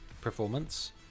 performance